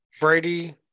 Brady